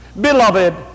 Beloved